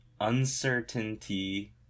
Uncertainty